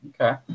Okay